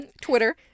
Twitter